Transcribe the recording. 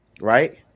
right